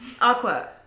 Aqua